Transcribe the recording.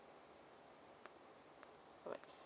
alright